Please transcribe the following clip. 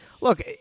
look